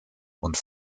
und